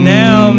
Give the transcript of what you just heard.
now